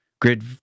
grid